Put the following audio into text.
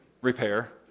Repair